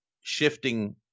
shifting